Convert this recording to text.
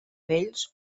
vells